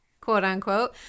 Quote-unquote